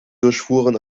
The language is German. durchfuhren